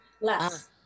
less